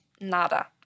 nada